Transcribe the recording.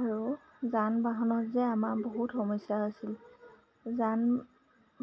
আৰু যান বাহনৰ যে আমাৰ বহুত সমস্যা হৈছিল যান